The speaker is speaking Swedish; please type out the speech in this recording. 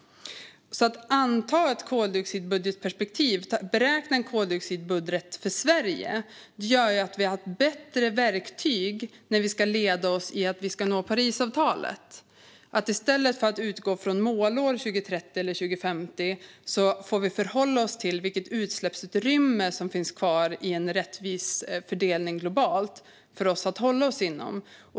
Att anta ett koldioxidbudgetperspektiv och beräkna en koldioxidbudget för Sverige gör att vi har ett bättre verktyg som kan leda oss mot att nå Parisavtalet. I stället för att utgå från målår 2030 eller 2050 får vi förhålla oss till vilket utsläppsutrymme som finns kvar i en rättvis fördelning globalt för oss att hålla oss inom.